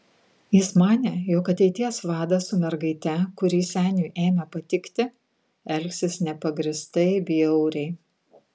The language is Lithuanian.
jis manė jog ateities vadas su mergaite kuri seniui ėmė patikti elgsis nepagrįstai bjauriai